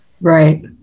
Right